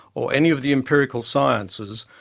or any of the empirical sciences,